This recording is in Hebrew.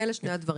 אלה שני הדברים.